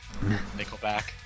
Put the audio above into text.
Nickelback